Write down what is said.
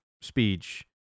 speech